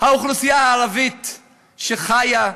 האוכלוסייה הערבית שחיה,